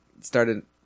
started